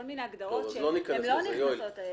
כל מיני הגדרות שלא נכנסות.